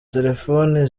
telefoni